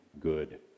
good